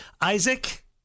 Isaac